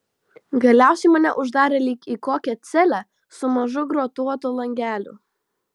galiausiai mane uždarė lyg į kokią celę su mažu grotuotu langeliu